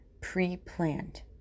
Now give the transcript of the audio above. pre-planned